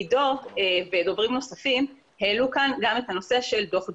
עידו ודוברים נוספים העלו כאן גם את דוח דורנר.